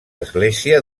església